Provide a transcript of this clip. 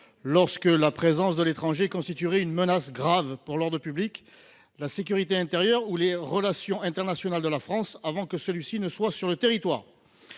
lorsque la présence de l’étranger constituerait une menace grave pour l’ordre public, la sécurité intérieure ou les relations internationales de la France, avant que celui ci ne soit sur le territoire.